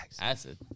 Acid